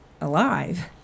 alive